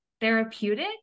therapeutic